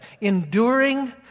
enduring